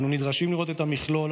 אנו נדרשים לראות את המכלול.